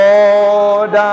Lord